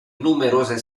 numerose